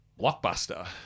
blockbuster